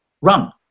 run